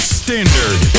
standard